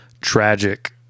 tragic